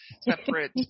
separate